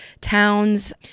towns